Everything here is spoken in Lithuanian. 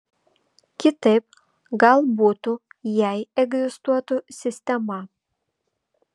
kitaip gal butų jei egzistuotų sistema